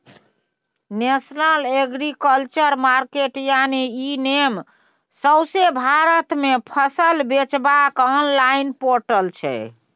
national agriculture market यानी e NAM सौंसे भारत मे फसल बेचबाक आनलॉइन पोर्टल छै